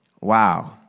wow